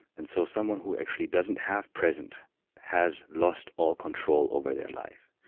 and so someone who actually doesn't have present has lost all control over their life.